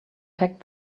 packed